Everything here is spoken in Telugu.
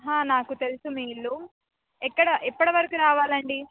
నాకు తెలుసు మీ ఇల్లు ఎక్కడ ఎప్పుడు వరకు రావాలండి